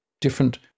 different